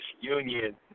union